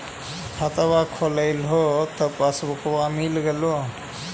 खतवा खोलैलहो तव पसबुकवा मिल गेलो?